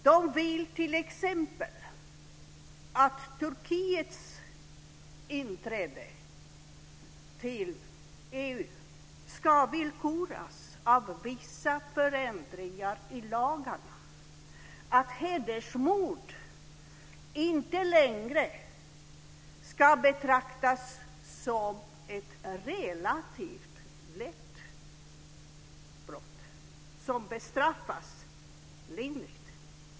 De vill t.ex. att Turkiets inträde till EU ska villkoras av vissa förändringar i lagarna så att hedersmord inte längre ska betraktas som ett relativt lätt brott som bestraffas lindrigt.